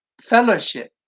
fellowship